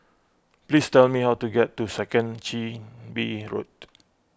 please tell me how to get to Second Chin Bee Road